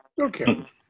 Okay